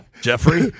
Jeffrey